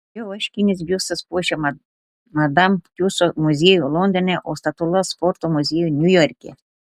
jo vaškinis biustas puošia madam tiuso muziejų londone o statula sporto muziejų niujorke